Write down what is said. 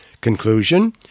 Conclusion